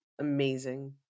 amazing